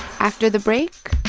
after the break,